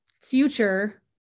future